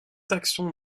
taxon